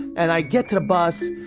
and i get to the bus,